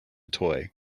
toy